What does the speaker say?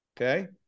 okay